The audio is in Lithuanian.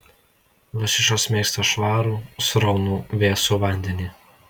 lašišos mėgsta švarų sraunų vėsų vandenį